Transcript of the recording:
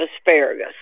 asparagus